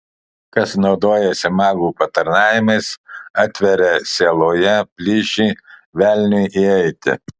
kas naudojasi magų patarnavimais atveria sieloje plyšį velniui įeiti